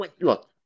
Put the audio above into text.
look